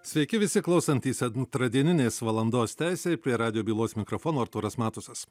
sveiki visi klausantys antradieninės valandos teisei prie radijo bylos mikrofono artūras matusas